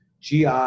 GI